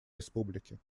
республики